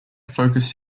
focused